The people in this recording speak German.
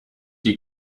die